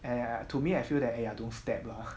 and ya to me I feel that !aiya! don't step lah